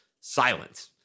silence